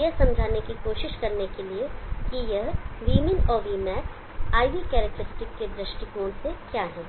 यह समझने की कोशिश करने के लिए कि यह Vmin और Vmax IV करैक्टेरिस्टिक के दृष्टिकोण से क्या हैं